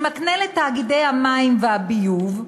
שמקנה לתאגידי המים והביוב,